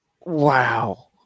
Wow